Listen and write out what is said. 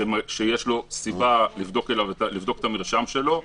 ולבדוק את המרשם שלו,